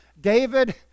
David